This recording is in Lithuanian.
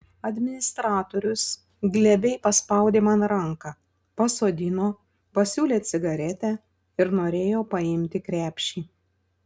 administratorius glebiai paspaudė man ranką pasodino pasiūlė cigaretę ir norėjo paimti krepšį